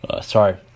Sorry